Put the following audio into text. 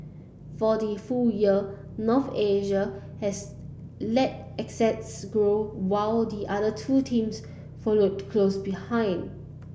for the full year North Asia has led asset grow while the other two teams followed close behind